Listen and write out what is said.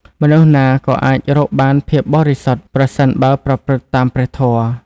មនុស្សណាក៏អាចរកបានភាពបរិសុទ្ធ ប្រសិនបើប្រព្រឹត្តតាមព្រះធម៌។